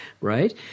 right